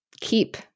keep